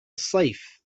الصيف